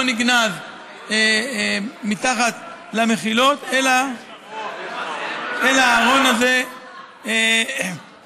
נגנז מתחת למחילות אלא הארון הזה הוּלך